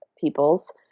peoples